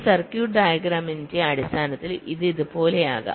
ഒരു സർക്യൂട്ട് ഡയഗ്രാമിന്റെ അടിസ്ഥാനത്തിൽ ഇത് ഇതുപോലെയാകാം